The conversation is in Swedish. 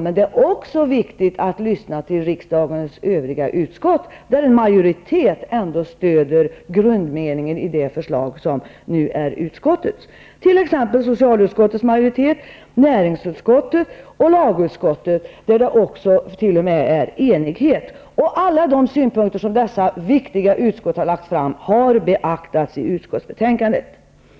men det är också viktigt att lyssna på riksdagens övriga utskott, där en majoritet ändå stöder grundmeningen i det förslag som nu är utskottets. Så är det med t.ex. socialutskottets majoritet, näringsutskottet och lagutskottet, där det t.o.m. är enighet. Alla de synpunkter som dessa viktiga utskott har lagt fram har beaktats i utskottsbetänkandet.